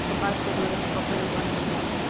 कपास के डोरा से कफन भी बन सकेला